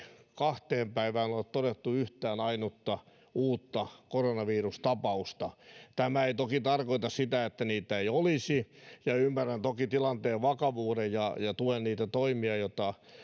kahteen päivään ole todettu yhtään ainutta uutta koronavirustapausta tämä ei toki tarkoita sitä että niitä ei olisi ja ymmärrän toki tilanteen vakavuuden ja ja tuen niitä toimia